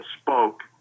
spoke